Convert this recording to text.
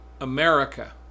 America